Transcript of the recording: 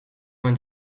mijn